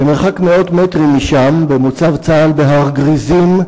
במרחק מאות מטרים משם, במוצב צה"ל בהר גריזים,